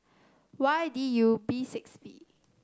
Y D U B six V